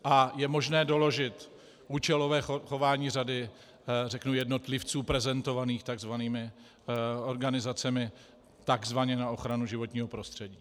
A je možné doložit účelové chování řady jednotlivců prezentovaných takzvanými organizacemi takzvaně na ochranu životního prostředí.